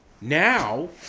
Now